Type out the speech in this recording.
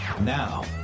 now